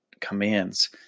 commands